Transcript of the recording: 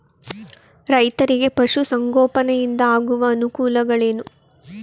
ರೈತರಿಗೆ ಪಶು ಸಂಗೋಪನೆಯಿಂದ ಆಗುವ ಅನುಕೂಲಗಳೇನು?